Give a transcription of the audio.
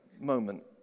moment